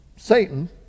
Satan